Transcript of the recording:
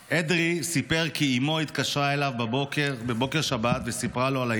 אדרי סיפר כי אימו התקשרה אליו בבוקר שבת וסיפרה לו על הירי.